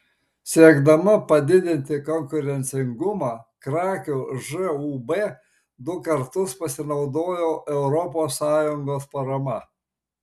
siekdama padidinti konkurencingumą krakių žūb du kartus pasinaudojo europos sąjungos parama